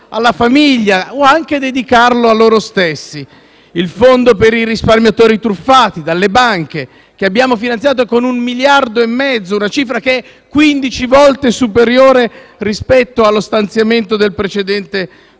alla famiglia o anche di dedicarlo a loro stessi, e abbiamo messo il fondo per i risparmiatori truffati dalle banche, che abbiamo finanziato con un miliardo e mezzo, una cifra che è 15 volte superiore rispetto allo stanziamento del precedente